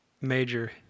major